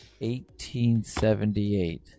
1878